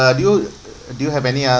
uh do you do you have any